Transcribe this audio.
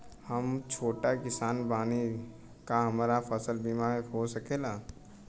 हम छोट किसान बानी का हमरा फसल बीमा हो सकेला?